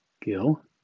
gil